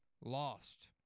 lost